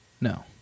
no